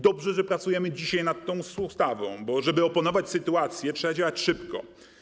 Dobrze, że pracujemy dzisiaj nad tą ustawą, bo żeby opanować sytuację, trzeba działać szybko.